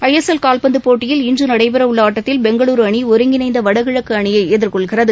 ISL கால்பந்துப் போட்டியில் இன்று நடைபெற உள்ள ஆட்டத்தில் பெங்களூரு அணி ஒருங்கிணைந்த வடகிழக்கு அணியை எதிர்கொள்கிறது